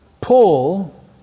Paul